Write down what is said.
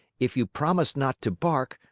if you promise not to bark,